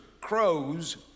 crows